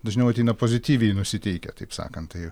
dažniau ateina pozityviai nusiteikę taip sakant tai